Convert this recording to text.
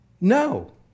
No